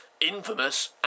infamous